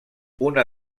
una